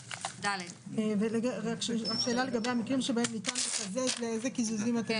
אבל אני רק חושבת על ה-קאפ הזה כפול ארבע ואני